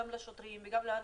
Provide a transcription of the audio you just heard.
גם לשוטרים וגם לאנשים.